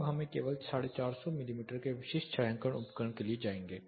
अब हमें केवल 450 मिमी के विशिष्ट छायांकन उपकरण के लिए जाएंगे